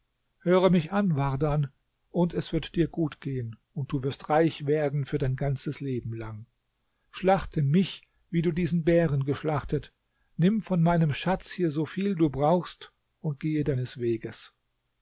höre mich an wardan und es wird dir gut gehen und du wirst reich werden für dein ganzes leben lang schlachte mich wie du diesen bären geschlachtet nimm von meinem schatz hier soviel du brauchst und gehe deines weges